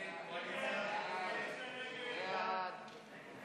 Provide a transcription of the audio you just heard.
הצעת סיעת יש עתיד-תל"ם